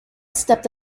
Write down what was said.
stepped